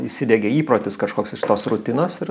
įsidiegia įprotis kažkoks iš tos rutinos ir